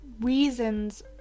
reasons